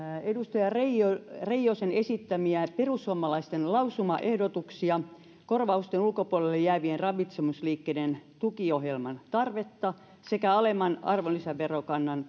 edustaja reijosen esittämiä perussuomalaisten lausumaehdotuksia korvausten ulkopuolelle jäävien ravitsemusliikkeiden tukiohjelman tarpeesta sekä alemman arvonlisäverokannan